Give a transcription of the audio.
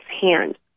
hand